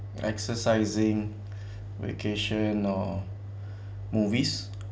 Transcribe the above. exercising vacation or movies